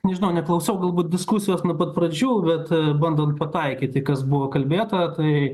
nežinau neklausau galbūt diskusijos nuo pat pradžių bet bandant pataikyti kas buvo kalbėta tai